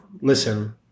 listen